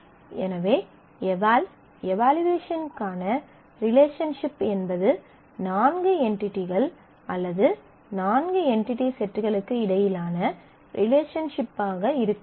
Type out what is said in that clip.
எனவே எவல் எவலுயேசன்க்கான ரிலேஷன்ஷிப் என்பது நான்கு என்டிடிகள் அல்லது நான்கு என்டிடி செட்களுக்கு இடையிலான ரிலேஷன்ஷிப் ஆக இருக்க வேண்டும்